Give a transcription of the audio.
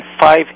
five